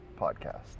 Podcast